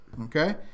Okay